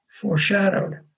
foreshadowed